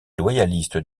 loyalistes